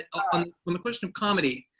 on on the question of comedy,